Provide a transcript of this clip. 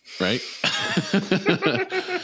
right